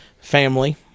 family